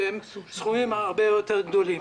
שהם סכומים הרבה יותר גדולים.